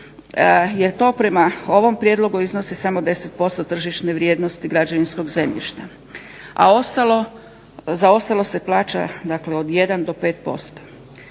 Jer to prema ovom prijedlogu iznosi samo 10% tržišne vrijednosti građevinskog zemljišta, a ostalo, za ostalo se plaća dakle od 1 do 5%.